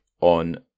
on